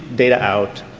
data out,